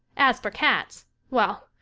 as for cats well,